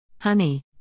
Honey